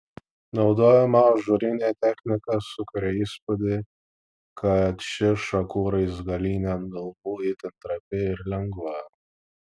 naudojama ažūrinė technika sukuria įspūdį kad ši šakų raizgalynė ant galvų itin trapi ir lengva